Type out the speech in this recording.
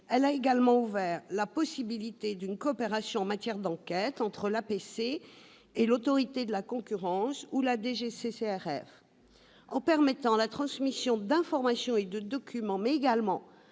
Elle a également ouvert la possibilité d'une coopération en matière d'enquête entre l'APC et l'Autorité de la concurrence ou la DGCCRF. En permettant non seulement la transmission d'informations et de documents, mais aussi